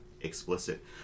explicit